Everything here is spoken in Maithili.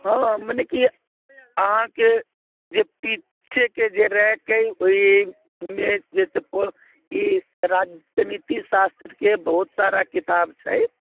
हँ मने कि अहाँकेँ जे पीछेके जे रैक अछि ओहिमे जे ई राजनीति शास्त्रके बहुत सारा किताब छै